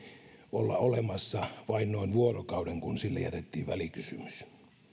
olla olemassa vain noin vuorokauden kun sille jätettiin välikysymys